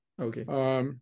Okay